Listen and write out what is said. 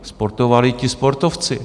Sportovali ti sportovci.